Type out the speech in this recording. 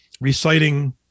reciting